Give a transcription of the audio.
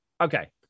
okay